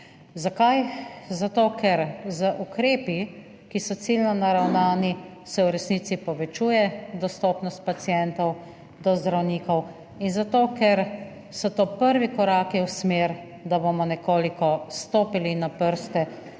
Zakaj? Zato, ker se z ukrepi, ki so ciljno naravnani, v resnici povečuje dostopnost pacientov do zdravnikov in zato ker so to prvi koraki v smer, da bomo nekoliko stopili na prste